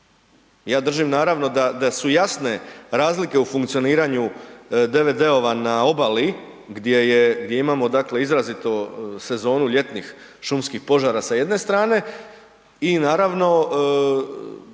Ja držim naravno da su jasne razlike u funkcioniranju DVD-ova na obali gdje imamo dakle izrazito sezonu ljetnih šumskih požara sa jedne strane i naravno